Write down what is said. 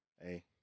Hey